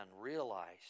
realized